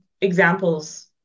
examples